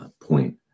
point